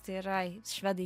tai yra švedai